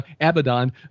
Abaddon